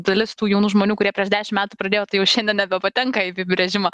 dalis tų jaunų žmonių kurie prieš dešim metų pradėjo tai jau šiandien nebepatenka į apibrėžimą